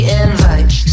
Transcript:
invite